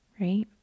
Right